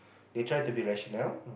they try to be rational